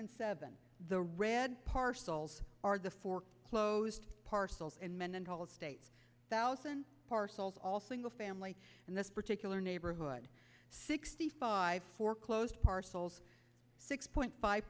and seven the red parcels are the foreclosed parcels in mendenhall estates thousand parcels all single family and this particular neighborhood sixty five foreclosed parcels six point five